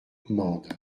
mende